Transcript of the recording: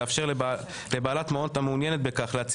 לאפשר לבעלת מעון המעוניינת בכך להציב